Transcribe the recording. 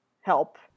help